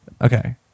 Okay